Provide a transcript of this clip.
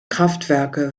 kraftwerke